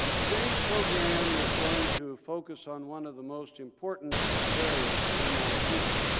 today's program is going to focus on one of the most important areas at mit,